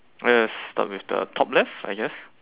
let's start with the top left I guess